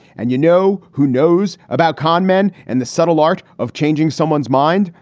and you know, who knows about con men and the subtle art of changing someone's mind.